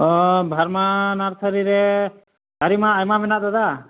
ᱚ ᱵᱷᱟᱨᱢᱟ ᱱᱟᱨᱥᱟᱨᱤ ᱨᱮ ᱫᱟᱨᱮ ᱢᱟ ᱟᱭᱢᱟ ᱢᱮᱱᱟᱜ ᱫᱟᱫᱟ